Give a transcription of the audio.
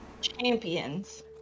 champions